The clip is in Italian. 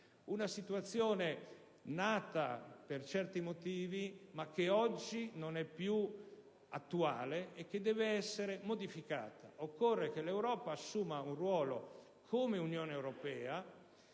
una situazione nata per talune ragioni, ma che oggi non è più attuale e deve essere modificata. Occorre che l'Europa assuma un ruolo come Unione europea